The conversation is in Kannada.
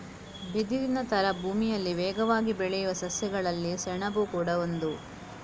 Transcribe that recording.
ಬಿದಿರಿನ ತರ ಭೂಮಿಯಲ್ಲಿ ವೇಗವಾಗಿ ಬೆಳೆಯುವ ಸಸ್ಯಗಳಲ್ಲಿ ಸೆಣಬು ಕೂಡಾ ಒಂದು